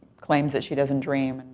claims that she doesn't dream. and,